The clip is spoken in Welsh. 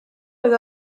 oedd